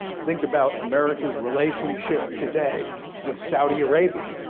think about america's relationship today with saudi arabia,